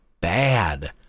bad